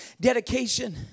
dedication